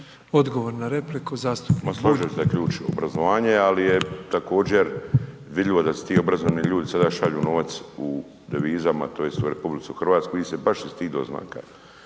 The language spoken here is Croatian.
Odgovor na repliku zastupnik Bulj.